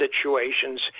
situations